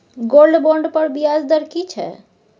Gold bond पर ब्याज दर की छै?